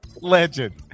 Legend